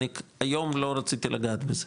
אני היום לא רציתי לגעת בזה.